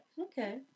okay